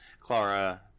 Clara